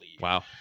Wow